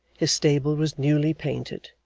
his stable was newly painted.